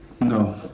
no